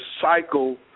cycle